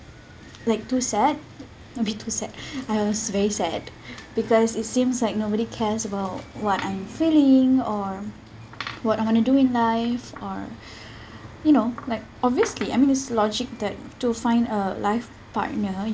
like too sad not be too sad I was very sad because it seems like nobody cares about what I'm feeling or what I'm going to do in life or you know like obviously I mean it's logic that to find a life partner